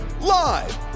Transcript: live